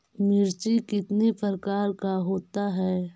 मिर्ची कितने प्रकार का होता है?